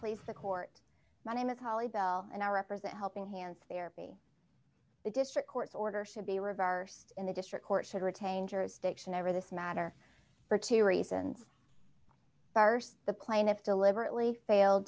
please the court my name is holly bell and i represent a helping hand therapy the district courts order should be reversed in the district court should retain jurisdiction over this matter for two reasons st the plaintiff deliberately failed